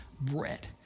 bread